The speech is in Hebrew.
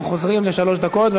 אנחנו חוזרים לשלוש דקות,